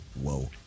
Whoa